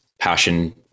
passion